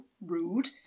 rude